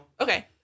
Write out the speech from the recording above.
Okay